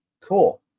Cool